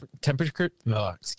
temperature